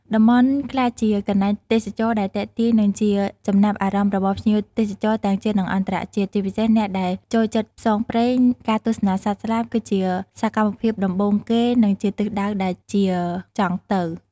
តំបន់់ក្លាយជាកន្លែងទេសចរដែលទាក់ទាញនិងជាចំណាប់អារម្មណ៍របស់ភ្ញៀវទេសចរទាំងជាតិនិងអរន្តជាតិជាពិសេសអ្នកដែលចូលចិត្តផ្សងព្រេង ការទស្សនាសត្វស្លាបគឺជាសកម្មភាពដំបូងគេនិងជាទិសដៅដែលជាចង់ទៅ។